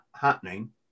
happening